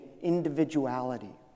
individuality